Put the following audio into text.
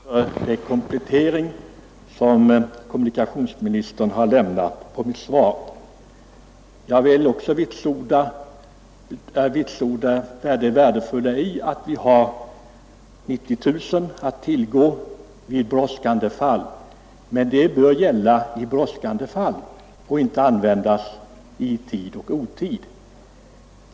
Herr talman! Jag ber att få tacka för den komplettering av sitt svar som kommunikationsministern har lämnat. Jag vill också vitsorda det värdefulla i att vi har numret 90 000 att tillgå i brådskande fall. Men det bör gälla i brådskande fall och inte användas i tid och otid.